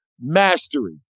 mastery